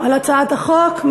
על הצעת החוק.